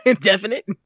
Definite